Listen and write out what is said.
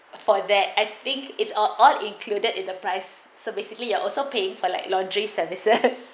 for that I think it's are all included in the price so basically you're also paying for like laundry services